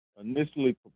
initially